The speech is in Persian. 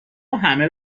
وهمه